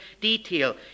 detail